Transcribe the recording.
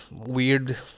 weird